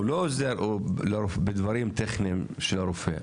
הוא לא עוזר בדברים טכניים של הרופא,